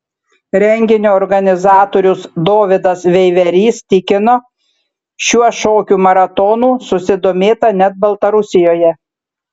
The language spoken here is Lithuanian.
renginio organizatorius dovydas veiverys tikino šiuo šokių maratonų susidomėta net baltarusijoje